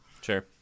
Sure